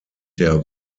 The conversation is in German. der